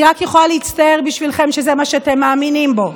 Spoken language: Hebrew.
אני רק יכולה להצטער בשבילכם שזה מה שאתם מאמינים בו.